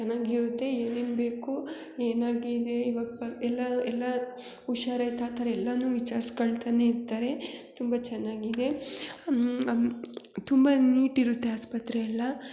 ಚೆನ್ನಾಗಿರುತ್ತೆ ಏನೇನು ಬೇಕು ಏನಾಗಿದೆ ಇವಾಗ ಪರ್ ಎಲ್ಲ ಎಲ್ಲ ಹುಷಾರಾಯ್ತ್ ಆ ಥರ ಎಲ್ಲನೂ ವಿಚಾರ್ಸ್ಕಳ್ತಲೇ ಇರ್ತಾರೆ ತುಂಬ ಚೆನ್ನಾಗಿದೆ ತುಂಬ ನೀಟಿರುತ್ತೆ ಆಸ್ಫತ್ರೆ ಎಲ್ಲ